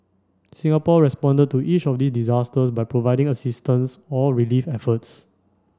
Singapore responded to each of these disasters by providing assistance or relief efforts